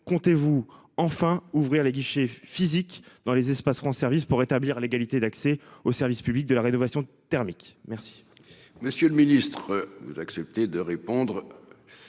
comptez-vous enfin ouvrir les guichets physiques dans les espaces rend service pour rétablir l'égalité d'accès au service public de la rénovation thermique merci.